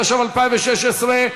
התשע"ו 2016,